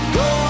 go